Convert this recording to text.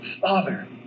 father